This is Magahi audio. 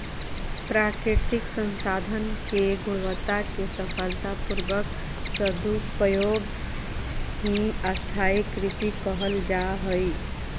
प्राकृतिक संसाधन के गुणवत्ता के सफलता पूर्वक सदुपयोग ही स्थाई कृषि कहल जा हई